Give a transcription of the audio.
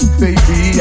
baby